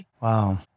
Wow